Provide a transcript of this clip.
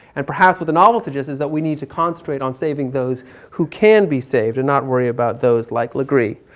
and perhaps what the novel suggests is that we need to concentrate on saving those who can be saved and not worry about those like legree.